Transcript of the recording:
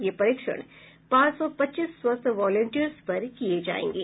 ये परीक्षण पांच सौ पच्चीस स्वस्थ वालंटियर्स पर किए जाएंगे